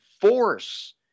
force